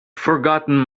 forgotten